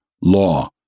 law